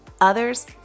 others